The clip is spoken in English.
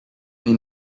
may